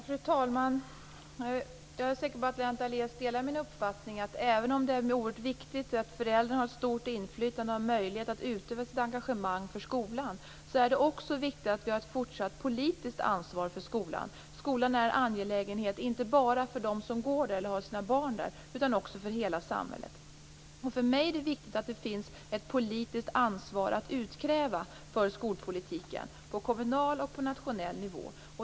Fru talman! Jag är säker på att Lennart Daléus delar min uppfattning att även om det är oerhört viktigt att föräldrarna har ett stort inflytande och möjlighet att utöva sitt engagemang för skolan är det också viktigt att vi har ett fortsatt politiskt ansvar för skolan. Skolan är en angelägenhet inte bara för dem som går där eller har sina barn där, utan också för hela samhället. För mig är det viktigt att det finns ett politiskt ansvar att utkräva för skolpolitiken på kommunal och på nationell nivå.